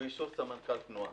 ובאישור סמנכ"ל תנועה,